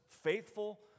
Faithful